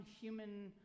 human